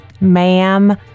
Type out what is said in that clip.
ma'am